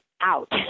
out